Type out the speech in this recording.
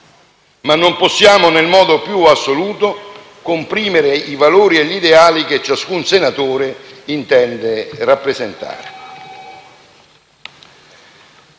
ma non possiamo nel modo più assoluto comprimere i valori e gli ideali che ciascun senatore intende rappresentare.